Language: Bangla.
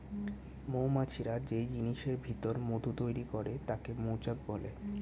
মৌমাছিরা যেই জিনিসের ভিতর মধু তৈরি করে তাকে মৌচাক বলে